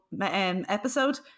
episode